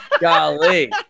golly